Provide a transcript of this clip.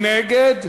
מי נגד?